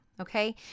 Okay